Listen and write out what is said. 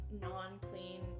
non-clean